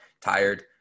tired